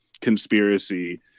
conspiracy